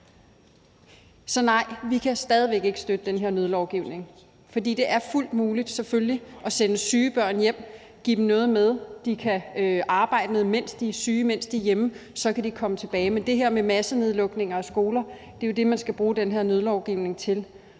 Så nej, vi kan stadig væk ikke støtte den her nødlovgivning, fordi det er fuldt muligt selvfølgelig at sende syge børn hjem og give dem noget med, som de kan arbejde med, mens de er syge, mens de er hjemme, og så kan de komme tilbage. Men det her med massenedlukninger af skoler er jo det, man skal bruge den her nye lovgivning til,